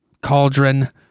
cauldron